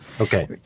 Okay